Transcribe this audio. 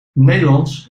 nederlands